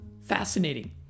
fascinating